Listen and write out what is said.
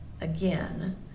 again